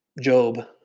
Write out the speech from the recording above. Job